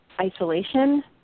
isolation